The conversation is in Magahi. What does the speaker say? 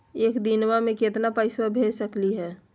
एक दिनवा मे केतना पैसवा भेज सकली हे?